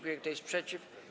Kto jest przeciw?